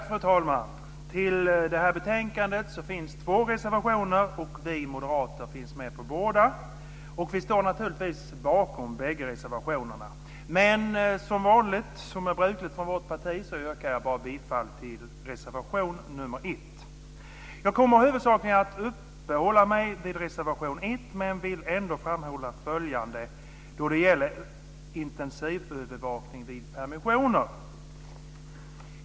Fru talman! Till detta betänkande finns två reservationer. Vi moderater finns med på båda, och vi står naturligtvis bakom bägge reservationerna, men som vanligt och som brukligt är från vårt parti yrkar jag bifall endast till reservation nr 1. Jag kommer huvudsakligen att uppehålla mig vid den reservationen, men vill ändå framhålla följande när det gäller intensivövervakning vid permissioner.